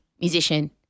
musician